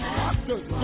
doctors